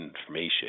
information